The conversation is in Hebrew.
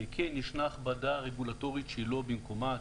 כן ישנה הכבדה רגולטורית שהיא לא במקומה,